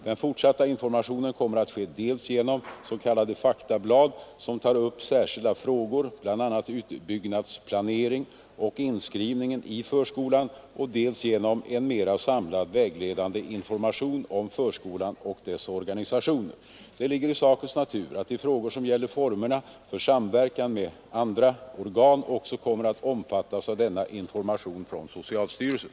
Den fortsatta informationen kommer att ske dels genom s.k. faktablad som tar upp särskilda frågor, bl.a. utbyggnadsplanering och inskrivningen i förskolan, dels genom en mera samlad vägledande information om förskolan och dess organisation. Det ligger i sakens natur att de frågor som gäller formerna för samverkan med andra organ också kommer att omfattas av denna information från socialstyrelsen.